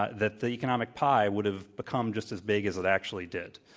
ah that the economic pie would have become just as big as it actually did.